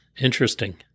Interesting